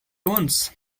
once